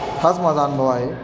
हाच माझा अनुभव आहे